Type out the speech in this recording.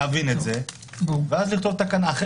להבין את זה ואז לכתוב תקנה,